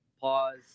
Pause